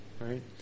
right